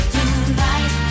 Tonight